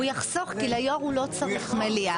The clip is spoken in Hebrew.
הוא יחסוך, כי ליו"ר הוא לא צריך מליאה.